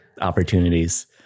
opportunities